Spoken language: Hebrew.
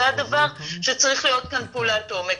זה הדבר שצריך להיות כאן פעולת עומק.